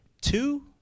Two